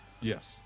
Yes